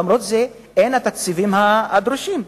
למרות זה, אין התקציבים הדרושים.